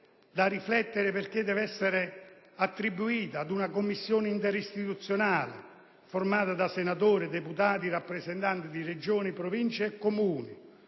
far riflettere, perché dovrebbe essere attribuita ad una Commissione interistituzionale (composta da senatori, deputati e rappresentanti di Regioni, Province e Comuni)